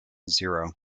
zero